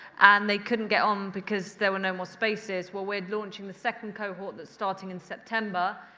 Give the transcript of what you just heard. and they couldn't get on because there were no more spaces. well, we're launching the second cohort that's starting in september.